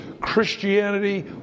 Christianity